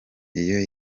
iyo